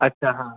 अच्छा हां